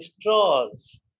straws